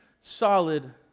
solid